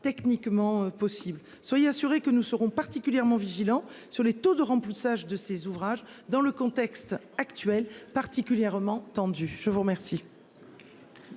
techniquement possible. Soyez assuré que nous serons particulièrement vigilants sur les taux de remplissage de ses ouvrages dans le contexte actuel particulièrement tendu. Je vous remercie.